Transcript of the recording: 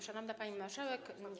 Szanowna Pani Marszałek!